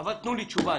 אבל תנו לי תשובה.